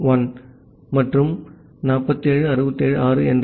1 மற்றும் 47676 என்ற துறைமுகமாகும்